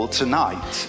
tonight